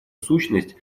сущность